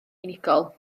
unigol